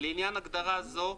לעניין הגדרה זו,